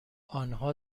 آنها